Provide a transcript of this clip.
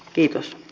kiitos